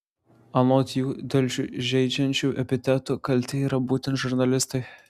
anot jų dėl šių žeidžiančių epitetų kalti yra būtent žurnalistai